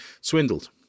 swindled